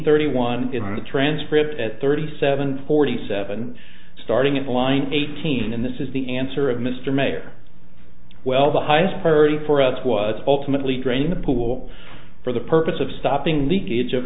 thirty one in the transcript at thirty seven forty seven starting at line eighteen and this is the answer of mr mayor well the highest priority for us was ultimately draining the pool for the purpose of stopping the cage of